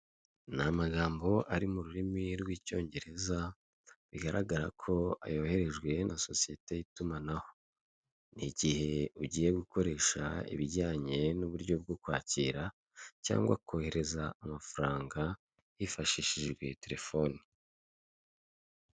Ni magambo ari mu rurimi rw'icyongereza bigaragara ko yoherejwe na sosiyete y'itumanaho. Igihe ugiye gukoresha ibijyanye n'uburyo bwo kwakira cyangwa kohereza amafaranga hifashishijwe telefoni.